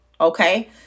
okay